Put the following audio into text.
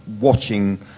watching